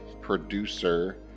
producer